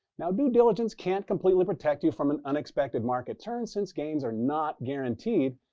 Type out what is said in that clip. now, due diligence can't completely protect you from an unexpected market turn since gains are not guaranteed.